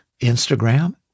Instagram